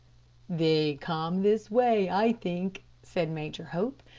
they come this way, i think, said major hope,